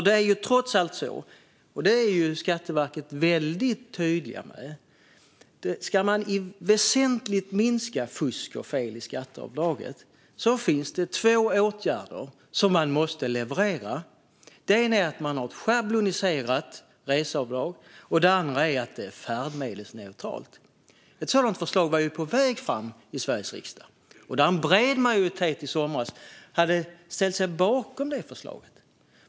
Det är trots allt så, och det är Skatteverket väldigt tydligt med, att om man ska väsentligt minska fusk och fel i reseavdraget finns det två åtgärder som man måste leverera. Den ena är att man har ett schabloniserat reseavdrag, och den andra är att det är färdmedelsneutralt. Ett sådant förslag var på väg fram i Sveriges riksdag i somras, och en bred majoritet hade ställt sig bakom det förslaget.